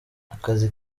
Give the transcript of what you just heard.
akazi